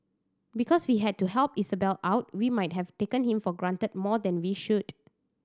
because we had to help Isabelle out we might have taken him for granted more than we should